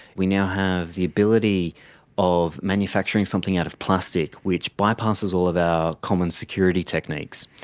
we now have the ability of manufacturing something out of plastic which bypasses all of our common security techniques.